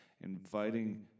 inviting